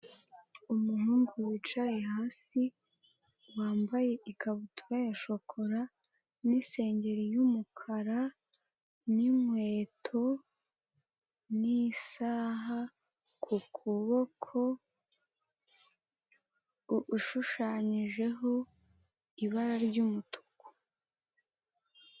Umuhungu wicaye hasi wambaye ikabutura ya shokora n'isengeri y'umukara n'inkweto n'isaha ku kuboko, ushushanyijeho ibara ry'umutuku.